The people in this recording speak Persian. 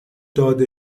داده